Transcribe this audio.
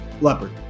leopard